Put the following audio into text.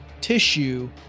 tissue